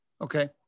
Okay